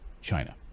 China